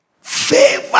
Favor